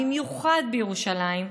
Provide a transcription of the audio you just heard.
במיוחד בירושלים,